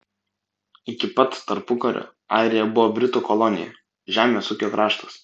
iki pat tarpukario airija buvo britų kolonija žemės ūkio kraštas